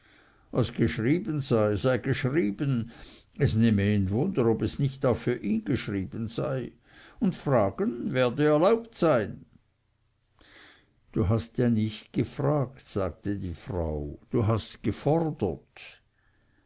was geschrieben sei sei geschrieben es nehme ihn wunder ob es nicht auch für ihn geschrieben sei und fragen werde erlaubt sein du hast ja nicht gefragt sagte die frau du hast gefordert